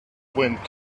wind